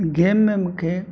game में मूंखे